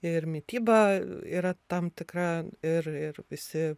ir mityba yra tam tikra ir ir visi